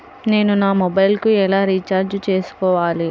నేను నా మొబైల్కు ఎలా రీఛార్జ్ చేసుకోవాలి?